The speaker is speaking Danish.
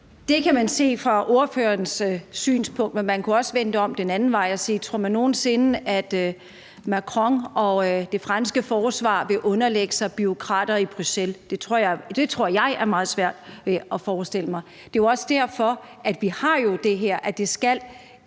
Det kan man se fra ordførerens synspunkt. Men man kunne også vende det om den anden vej og spørge: Tror man nogen sinde, at Macron og det franske forsvar vil underlægge sig bureaukrater i Bruxelles? Det tror jeg er meget svært at forestille sig. Det er jo også derfor, vi har det her med, at der skal